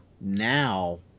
now